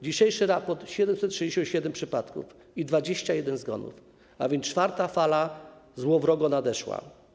Dzisiejszy raport to 767 przypadków i 21 zgonów, a więc czwarta fala złowrogo nadeszła.